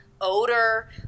Odor